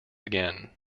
again